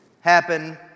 happen